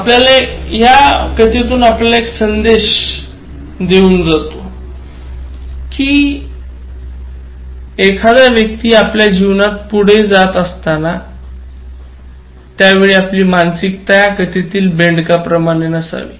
तर ही एक अतिशय रंजक कहाणी आहे आपल्याला एक संदेश देऊन जाते कि हा एखादा व्यक्ती आपल्या जीवनात पुढे जातो त्यावेळी आपली मानसिकता या कथेतील बेंडकाप्रमाणे नसावी